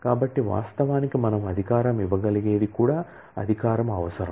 కాబట్టి వాస్తవానికి మనం అధికారం ఇవ్వగలిగేది కూడా అధికారం అవసరం